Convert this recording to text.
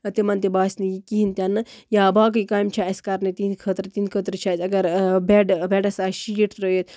تِمن تہِ باسہِ نہٕ یہِ کِہیٖنۍ تہِ نہٕ یا باقٕے کامہِ چھِ اَسہِ کَرٕنہِ تِہِندِ خٲطرٕ تِہِندِ خٲطرٕ چھُ اَسہِ اَگر بیڈ بیڈَس آسہِ شیٖٹ ترٲوِتھ